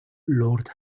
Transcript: lord